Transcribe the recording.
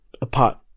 apart